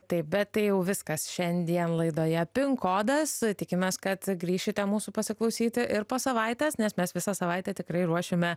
taip bet tai jau viskas šiandien laidoje pinkodas tikimės kad grįšite mūsų pasiklausyti ir po savaitės nes mes visą savaitę tikrai ruošiame